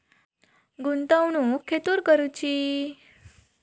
गुंतवणुक खेतुर करूची?